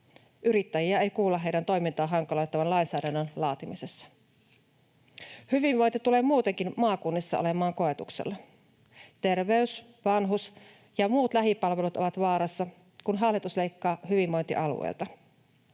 Yrittäjiä ei kuulla heidän toimintaansa hankaloittavan lainsäädännön laatimisessa. Hyvinvointi tulee muutenkin maakunnissa olemaan koetuksella. Terveys-, vanhus- ja muut lähipalvelut ovat vaarassa, kun hallitus leikkaa hyvinvointialueilta.